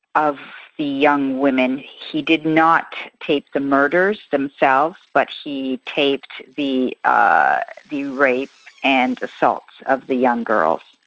of the young women. he did not tape the murders themselves, but he taped the ah the rape and assaults of the young girls.